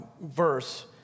verse